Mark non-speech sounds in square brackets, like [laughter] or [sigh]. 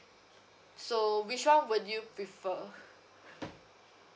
so which one would you prefer [breath]